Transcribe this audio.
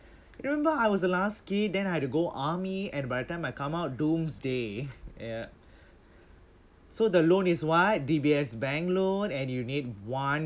remember I was the last kid then I had to go army at about the time I come out doomsday ya so the loan is what D_B_S bank loan and you need one